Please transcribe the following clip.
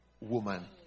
woman